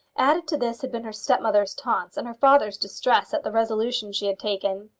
added to this had been her stepmother's taunts and her father's distress at the resolution she had taken.